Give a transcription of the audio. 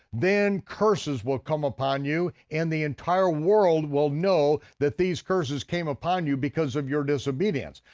then curses will come upon you and the entire world will know that these curses came upon you because of your disobedience.